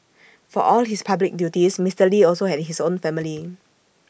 for all his public duties Mister lee also had his own family